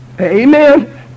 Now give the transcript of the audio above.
Amen